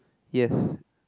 yes